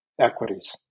equities